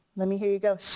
let me hear you go